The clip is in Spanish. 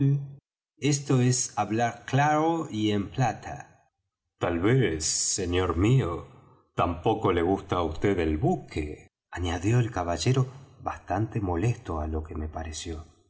esto es hablar claro y en plata tal vez señor mío tampoco le gusta á vd el buque añadió el caballero bastante molesto á lo que me pareció